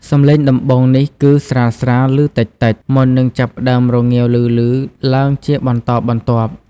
សំឡេងដំបូងនេះគឺស្រាលៗលឺតិចៗ មុននឹងចាប់ផ្តើមរងាវឮៗឡើងជាបន្តបន្ទាប់។